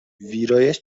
ویرایش